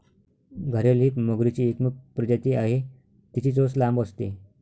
घारीअल ही मगरीची एकमेव प्रजाती आहे, तिची चोच लांब असते